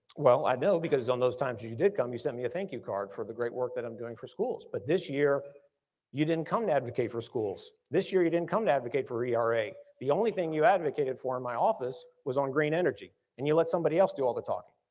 well i know, because on those times you you did come you sent me a thank-you card for the great work that i'm doing for schools, but this year you didn't come to advocate for schools. this year you didn't come to advocate for era. the only thing you advocated for in my office was on green energy. and you let somebody else do all the talking.